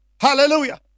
Hallelujah